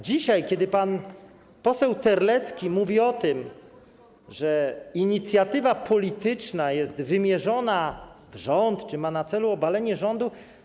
Dzisiaj pan poseł Terlecki mówi o tym, że inicjatywa polityczna jest wymierzona w rząd, ma na celu obalenie rządu.